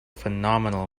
phenomenal